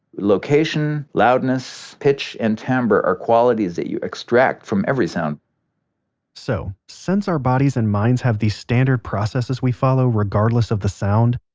location, loudness, pitch, and timbre are qualities that you extract, from every sound so since our bodies and minds have these standard processes we follow regardless of the sound,